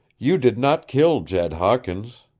you did not kill jed hawkins!